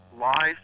lies